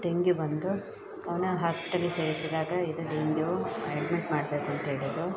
dengue ಬಂದು ಅವನ್ನ ಹಾಸ್ಪಿಟಲ್ಲಿಗೆ ಸೇರಿಸಿದಾಗ ಇದು ಡೆಂಗ್ಯೂ ಅಡ್ಮಿಟ್ ಮಾಡಬೇಕು ಅಂತ ಹೇಳಿದರು